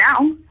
now